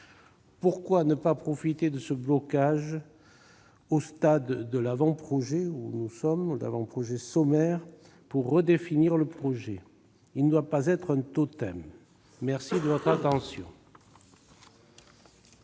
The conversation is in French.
Pourquoi ne pas profiter de ce blocage au stade de l'avant-projet sommaire pour redéfinir le projet ? Celui-ci ne doit pas être un totem. » La parole est